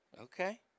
Okay